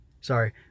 sorry